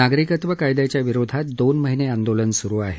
नागरिकत्व कायद्याच्या विरोधात दोन महिने आंदोलन सुरु आहे